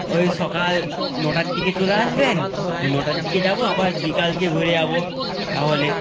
ওই সকাল নটার দিকে চলে আসবেন ওই নটার দিকে যাব আবার বিকালে ঘুরে যাব তাহলে